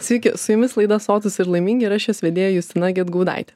sveiki su jumis laida sotūs ir laimingi ir aš jos vedėja justina gedgaudaitė